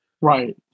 Right